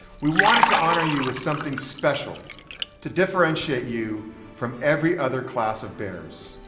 we wanted to honor you with something special to differentiate you from every other class of bears.